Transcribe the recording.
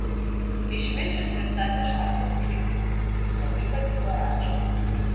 išminčius pristatė šachmatų žaidimą kuris labai patiko radžai